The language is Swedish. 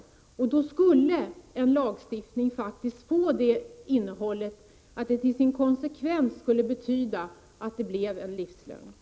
Konsekvensen av en lagstiftning med det innehållet skulle i realiteten bli en livslögn.